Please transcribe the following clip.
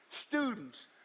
students